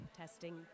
Testing